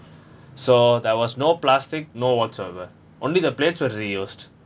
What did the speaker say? so that was no plastic no whatsoever only the plated were reused